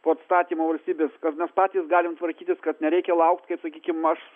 po atstatymo valstybės kad mes patys galim tvarkytis kad nereikia laukt kaip sakykim aš